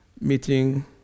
meeting